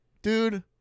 Dude